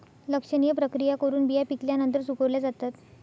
लक्षणीय प्रक्रिया करून बिया पिकल्यानंतर सुकवल्या जातात